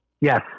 Yes